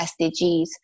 SDGs